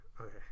Okay